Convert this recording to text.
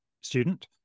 student